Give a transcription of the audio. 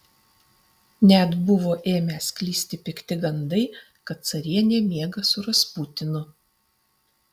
net buvo ėmę sklisti pikti gandai kad carienė miega su rasputinu